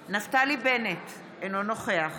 נגד דסטה גדי יברקן, אינו נוכח